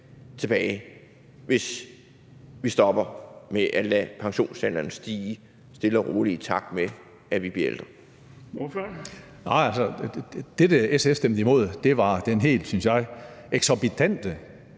tilbage, hvis vi stopper med at lade pensionsalderen stige stille og roligt, i takt med at vi bliver ældre.